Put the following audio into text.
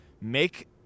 make